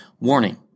Warning